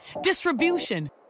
distribution